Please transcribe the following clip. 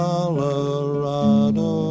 Colorado